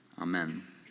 Amen